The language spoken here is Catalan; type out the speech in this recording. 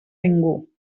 ningú